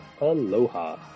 Aloha